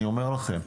אני אומר לכם,